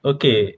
Okay